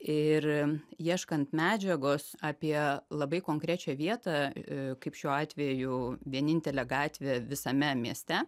ir ieškant medžiagos apie labai konkrečią vietą kaip šiuo atveju vienintelę gatvę visame mieste